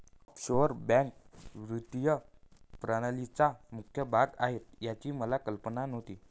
offshore बँका वित्तीय प्रणालीचा मुख्य भाग आहेत याची मला कल्पना नव्हती